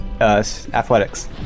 athletics